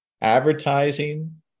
advertising